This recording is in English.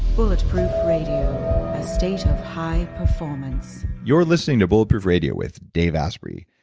bulletproof radio, a state of high performance you're listening to bulletproof radio with dave asprey.